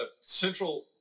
central